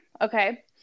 okay